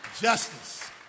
Justice